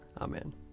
Amen